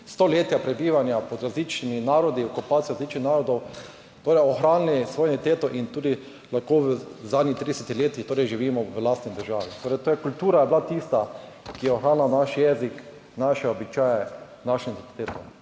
stoletja prebivanja pod različnimi narodi, okupacijo različnih narodov ohranili svojo identiteto in tudi lahko v zadnjih 30. letih torej živimo v lastni državi. Torej, kultura je bila tista, ki je ohranila naš jezik, naše običaje, našo identiteto.